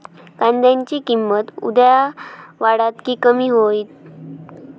कांद्याची किंमत उद्या वाढात की कमी होईत?